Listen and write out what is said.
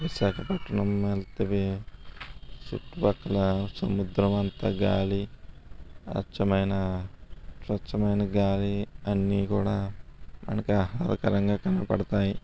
విశాఖపట్నం వెళితే చుట్టుపక్కల సముద్రం అంత గాలి అచ్చమైన స్వచ్ఛమైన గాలి అన్నీ కూడా మనకి ఆహ్లాదకరంగా కనపడతాయి